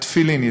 התפילין,